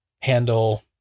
handle